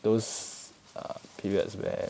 those err periods where